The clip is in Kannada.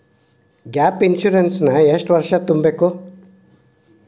ಗ್ಯಾಪ್ ಇನ್ಸುರೆನ್ಸ್ ನ ಎಷ್ಟ್ ವರ್ಷ ತುಂಬಕು?